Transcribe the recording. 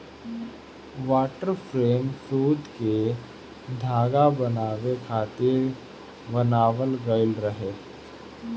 water frame सूत के धागा बनावे खातिर बनावल गइल रहे